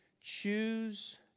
Choose